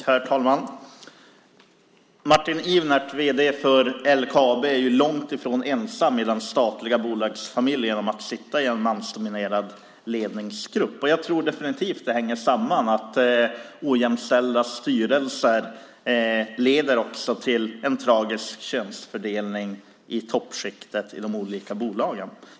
Herr talman! Martin Ivert, vd för LKAB, är långt ifrån ensam i den statliga bolagsfamiljen om att sitta i en mansdominerad ledningsgrupp. Jag tror definitivt att detta hänger samman. Ojämställda styrelser leder till en tragisk könsfördelning i toppskiktet i de olika bolagen.